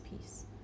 peace